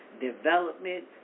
development